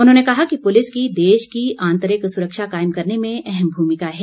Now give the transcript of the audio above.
उन्होंने कहा कि पूलिस की देश की आंतरिक सुरक्षा कायम करने में अहम भूमिका है